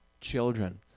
children